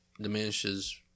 diminishes